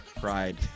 Pride